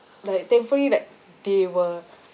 like thankfully that they were